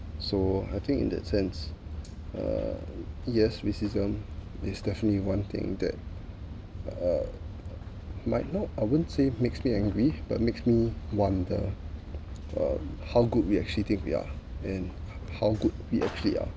so I think in that sense uh yes racism is definitely one thing that uh might not I wouldn't say makes me angry but makes me wonder um how good we actually think we're and how good we actually are